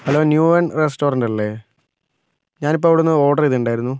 hello new one restaurant അല്ലേ ഞാനിപ്പോൾ അവിടുന്ന് ഓർഡർ ചെയ്തിട്ടുണ്ടായിരുന്നു